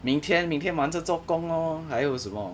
明天明天忙着做工 lor 还有什么